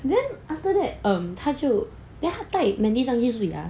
then after that um 他就 then 他带 mandy 上去睡 ah